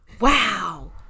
Wow